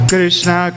Krishna